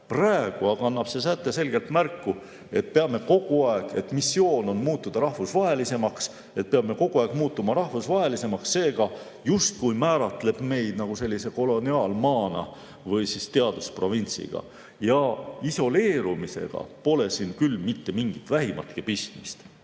Praegu aga annab see säte selgelt märku, et missioon on muutuda rahvusvahelisemaks, me peame kogu aeg muutuma rahvusvahelisemaks, see aga justkui määratleb meid koloniaalmaana või teadusprovintsina ja isoleerumisega pole sel küll mitte mingit pistmist.